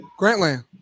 Grantland